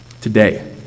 Today